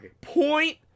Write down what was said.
Point